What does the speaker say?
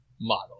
model